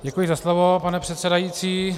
Děkuji za slovo, pane předsedající.